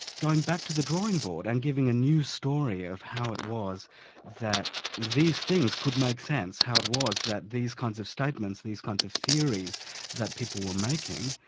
going back to the drawing board and giving a new story of how it was that these things could make sense how it was that these kinds of statements and these kinds of theories that people were making,